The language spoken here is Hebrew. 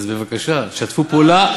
אז בבקשה, שתפו פעולה.